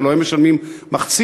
הלוא הם משלמים מחצית,